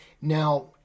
Now